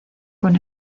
con